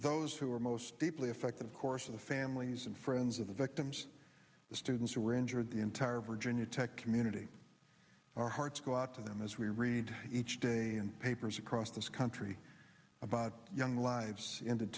those who are most deeply affected of course the families and friends of the victims the students who were injured the entire virginia tech community our hearts go out to them as we read each day and papers across this country about young lives ended